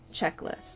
checklist